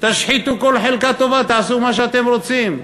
תשחיתו כל חלקה טובה, תעשו מה שאתם רוצים.